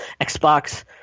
Xbox